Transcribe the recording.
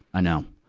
i know.